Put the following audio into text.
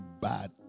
bad